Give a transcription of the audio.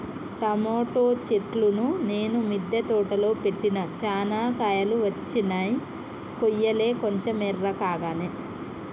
tomato చెట్లును నేను మిద్ద తోటలో పెట్టిన చానా కాయలు వచ్చినై కొయ్యలే కొంచెం ఎర్రకాగానే